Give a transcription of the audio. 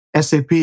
SAP